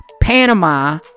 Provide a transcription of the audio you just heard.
panama